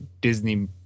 Disney